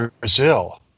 Brazil